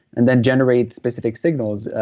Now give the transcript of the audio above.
and then generate specific signals.